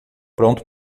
pronto